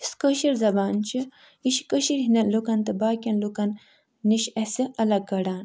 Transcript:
یُس کٲشِر زبان چھِ یہِ چھِ کٔشیٖرِ ہٕنٛدیٚن لُکَن تہٕ باقِیَن لُکَن نِش اَسہِ الگ کڑان